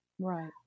Right